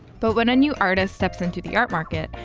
but when a new artist steps into the art market,